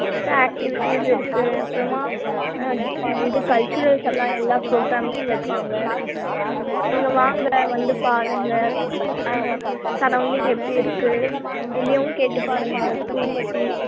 extra activities இருக்குது அப்புறமா இது கல்ச்சுரல்ஸ் எல்லாம் எல்லா ப்ரோக்ராம்ஸ்ஸும் வைப்பாங்க நீங்கள் வாங்க வந்து பாருங்க சரௌண்டிங் எப்படி இருக்குது வெளியேவும் கேட்டுப்பாருங்க எங்கள் ஸ்கூல் பற்றி